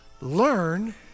learn